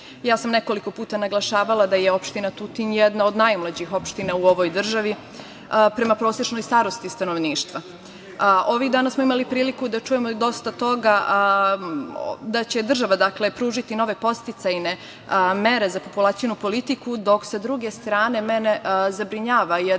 sam nekoliko puta naglašavala da je opština Tutin jedna od najmlađih opština u ovoj državi prema prosečnoj starosti stanovništva. Ovih dana smo imali priliku da čujemo dosta toga da će država pružiti nove podsticajne mere za populacionu politiku, dok sa druge strane mene zabrinjava jedan